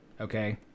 Okay